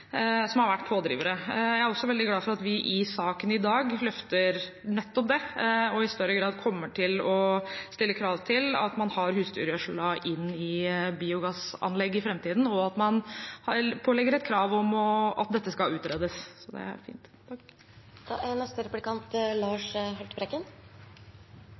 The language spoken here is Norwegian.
som har vært pådrivere. Jeg er også veldig glad for at vi i saken i dag løfter nettopp det og i større grad kommer til å stille krav til at man har husdyrgjødsel inn i biogassanlegg i framtiden, og at man pålegger et krav om at dette skal utredes. – Så det er fint.